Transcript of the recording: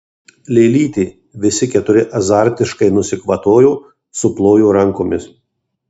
lėlytė visi keturi azartiškai nusikvatojo suplojo rankomis